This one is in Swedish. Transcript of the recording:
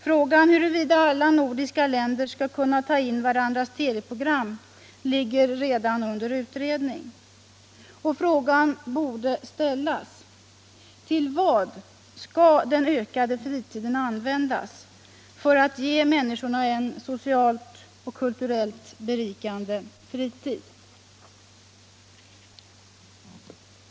Frågan huruvida alla nordiska länder skall kunna ta in varandras TV-program ligger redan under utredning. Frågan borde ställas: Till vad skall den ökade fritiden användas för | att ge människorna en socialt och kulturellt berikande fritid?